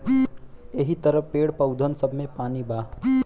यहि तरह पेड़, पउधन सब मे पानी बा